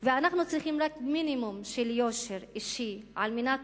ואנחנו צריכים רק מינימום של יושר אישי על מנת